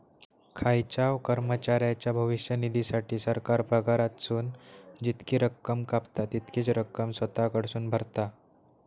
खायच्याव कर्मचाऱ्याच्या भविष्य निधीसाठी, सरकार पगारातसून जितकी रक्कम कापता, तितकीच रक्कम स्वतः कडसून भरता